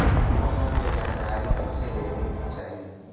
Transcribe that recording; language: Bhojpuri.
मौसम के जानकारी कईसे लेवे के चाही?